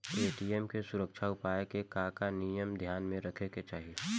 ATM के सुरक्षा उपाय के का का नियम ध्यान में रखे के चाहीं?